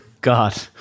God